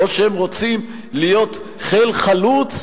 או שהם רוצים להיות חיל חלוץ,